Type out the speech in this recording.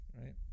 right